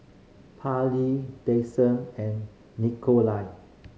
Parlee and Nikolai